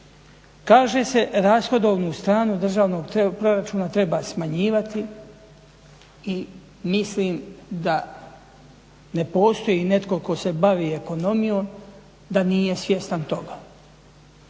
Kaže se rashodovnu stranu državnog proračuna treba smanjivati i mislim da ne postoji netko tko se bavi ekonomijom da nije svjestan toga.